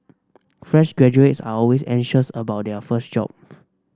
fresh graduates are always anxious about their first job